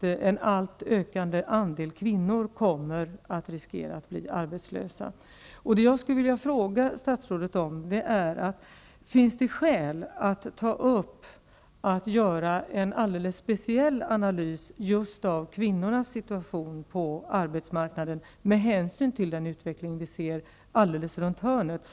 en allt ökande andel kvinnor som riskerar att bli arbetslösa. Jag skulle vilja fråga statsrådet om det finns skäl att göra en alldeles speciell analys av just kvinnornas situation på arbetsmarknaden med hänsyn till den utveckling som vi ser alldeles runt hörnet.